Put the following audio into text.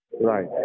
right